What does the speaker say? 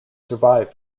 survive